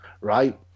right